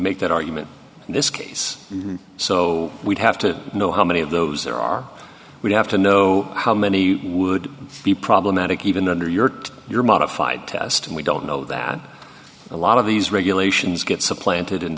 make that argument in this case and so we'd have to know how many of those there are we'd have to know how many would be problematic even under your to your modified test and we don't know that a lot of these regulations get supplanted in